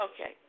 Okay